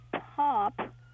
pop